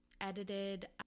edited